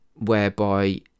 whereby